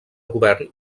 govern